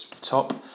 top